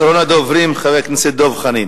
אחרון הדוברים, חבר הכנסת דב חנין.